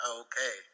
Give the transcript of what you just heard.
okay